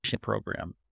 program